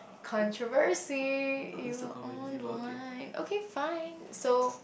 controversy you are on the line okay fine so